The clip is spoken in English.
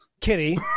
Kitty